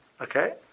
Okay